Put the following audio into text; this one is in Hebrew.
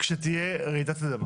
כשתהיה רעידת אדמה.